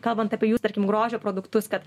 kalbant apie jų tarkim grožio produktus kad